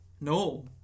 No